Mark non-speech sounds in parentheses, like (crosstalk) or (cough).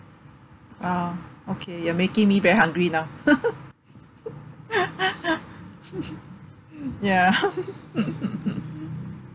ah okay you're making me very hungry now (laughs) ya (laughs)